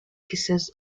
pieces